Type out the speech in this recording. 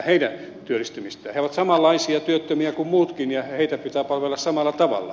he ovat samanlaisia työttömiä kuin muutkin ja heitä pitää palvella samalla tavalla